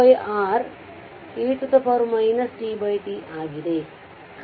ಇದು v0 R e tT ಆಗಿದೆ